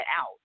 out